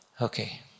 Okay